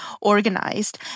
organized